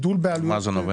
ממה זה נובע?